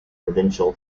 provincial